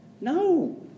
No